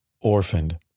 orphaned